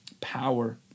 Power